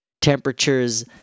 temperatures